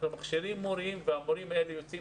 אנחנו מכשירים מורים והמורים האלה יוצאים